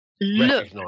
look